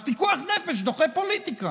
אז פיקוח נפש דוחה פוליטיקה